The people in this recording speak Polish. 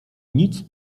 nic